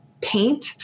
paint